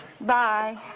Bye